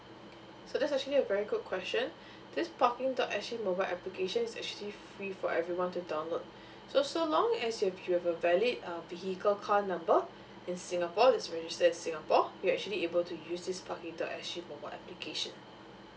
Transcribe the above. so that's actually a very good question this parking dot s g mobile application is actually free for everyone to download so so long as you have a valid uh vehicle car number in singapore that is registered in singapore you are actually able to use this parking dot s g mobile application